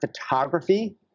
photography